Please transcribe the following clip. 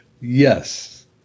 Yes